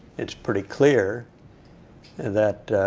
it's pretty clear that